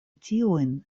tiujn